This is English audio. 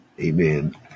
Amen